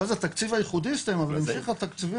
ואז התקציב הייחודי הסתיים אבל המשיכו התקציבים